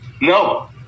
No